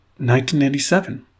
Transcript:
1987